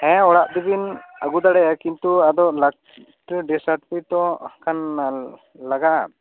ᱦᱮᱸ ᱚᱲᱟᱜ ᱛᱤᱵᱤᱱ ᱟᱹᱵᱜᱩ ᱫᱟᱲᱮ ᱟᱭᱟ ᱠᱤᱱᱛᱩ ᱟᱫᱚ ᱞᱟᱥᱴ ᱨᱮ ᱰᱮᱹᱛᱷ ᱥᱟᱨᱴᱤᱯᱷᱤᱠᱮᱹᱴ ᱛᱚ ᱠᱷᱟᱱ ᱞᱟᱜᱟᱜᱼᱟ